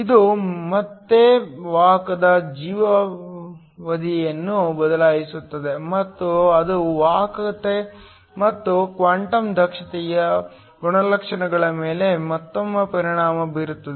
ಇದು ಮತ್ತೆ ವಾಹಕದ ಜೀವಿತಾವಧಿಯನ್ನು ಬದಲಾಯಿಸುತ್ತದೆ ಮತ್ತು ಅದು ವಾಹಕತೆ ಮತ್ತು ಕ್ವಾಂಟಮ್ ದಕ್ಷತೆಯಂತಹ ಗುಣಲಕ್ಷಣಗಳ ಮೇಲೆ ಮತ್ತೊಮ್ಮೆ ಪರಿಣಾಮ ಬೀರುತ್ತದೆ